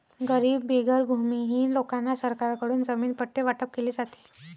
गरीब बेघर भूमिहीन लोकांना सरकारकडून जमीन पट्टे वाटप केले जाते